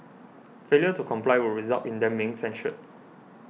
failure to comply would result in them being censured